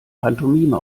pantomime